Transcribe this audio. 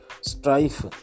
strife